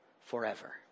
forever